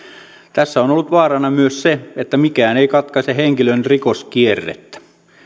tässä on ollut vaarana myös se että mikään ei katkaise henkilön rikoskierrettä